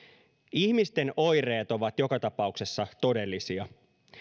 ihmisten oireet ovat joka tapauksessa todellisia